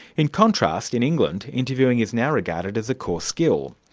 in contrast, in england, interviewing is now regarded as a core skill.